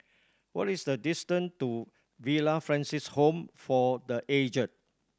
what is the distant to Villa Francis Home for The Aged